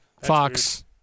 Fox